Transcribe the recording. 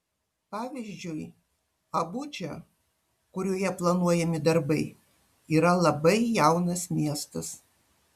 pavyzdžiui abudža kurioje planuojami darbai yra labai jaunas miestas